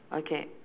okay